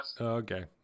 Okay